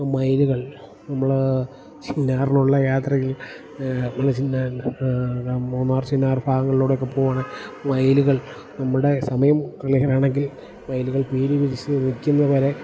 മയിലുകൾ നമ്മൾ ആ ചിന്നാറിലുള്ള യാത്രയിൽ നമ്മള് മൂന്നാർ ചിന്നാർ ഭാഗങ്ങളിലൂടെയൊക്കെ പോകുവാണേൽ മയിലുകൾ നമ്മുടെ സമയം ക്ലിയർ ആണെങ്കിൽ മൈലുകൾ പീലി വിരിച്ച് നിൽക്കുന്നത് വരെ